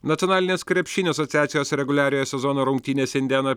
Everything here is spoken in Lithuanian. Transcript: nacionalinės krepšinio asociacijos reguliariojo sezono rungtynėse indiana